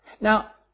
Now